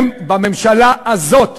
הם בממשלה הזאת.